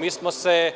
Mi smo se